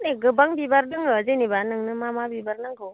ए गोबां बिबार दङ जेनेबा नोंनो मा मा बिबार नांगौ